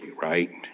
right